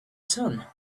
sun